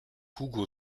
hugo